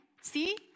See